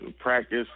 practice